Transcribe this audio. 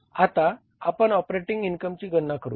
आता आपण ऑपरेटिंग इन्कमची गणना करूया